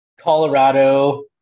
Colorado